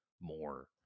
more